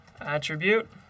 attribute